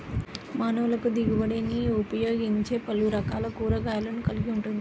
మానవులకుదిగుబడినిఉపయోగించేపలురకాల కూరగాయలను కలిగి ఉంటుంది